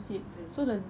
对